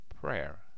Prayer